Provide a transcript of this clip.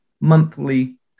monthly